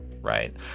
right